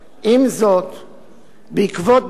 בעקבות בקשת משטרת ישראל,